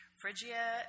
Phrygia